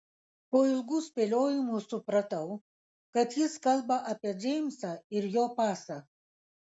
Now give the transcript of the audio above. po ilgų spėliojimų supratau kad jis kalba apie džeimsą ir jo pasą